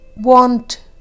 want